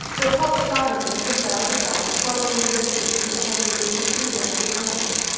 but hopped silently from bough to bough, following the movements of the kangaroo with eager little eyes.